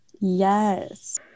yes